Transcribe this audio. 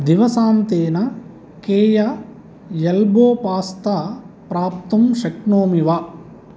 दिवसान्तेन केया elbow pasta प्राप्तुं शक्नोमि वा